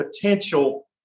potential